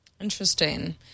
Interesting